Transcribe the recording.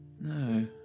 no